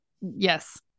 yes